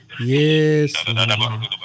Yes